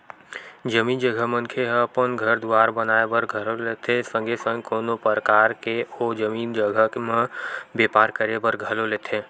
जमीन जघा मनखे ह अपन घर दुवार बनाए बर घलो लेथे संगे संग कोनो परकार के ओ जमीन जघा म बेपार करे बर घलो लेथे